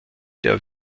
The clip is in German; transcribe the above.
der